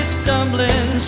stumbling